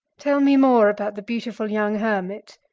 tell me more about the beautiful young hermit.